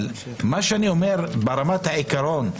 אני אומר ברמת העיקרון,